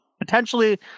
potentially